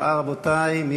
רבותי, הצבעה.